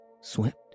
swept